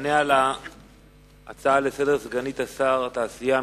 תענה על ההצעה לסדר סגנית שר התעשייה,